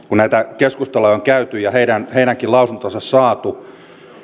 kun näitä keskusteluja on käyty ja heidänkin lausuntonsa saatu